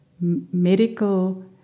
medical